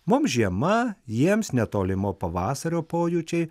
mums žiema jiems netolimo pavasario pojūčiai